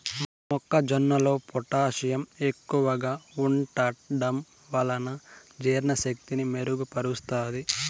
మొక్క జొన్నలో పొటాషియం ఎక్కువగా ఉంటడం వలన జీర్ణ శక్తిని మెరుగు పరుస్తాది